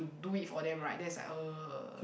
do it for them right then it's like uh